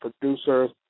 producers